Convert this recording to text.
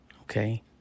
Okay